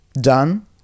done